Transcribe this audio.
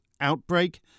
outbreak